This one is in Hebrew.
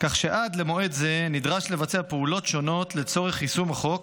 כך שעד למועד זה נדרש לבצע פעולות שונות לצורך יישום החוק,